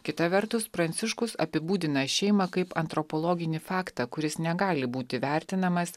kita vertus pranciškus apibūdina šeimą kaip antropologinį faktą kuris negali būti vertinamas